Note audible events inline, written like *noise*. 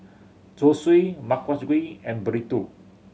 Zosui *unintelligible* gui and Burrito